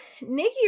Nikki